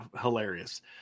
hilarious